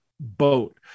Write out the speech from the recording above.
boat